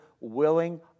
willing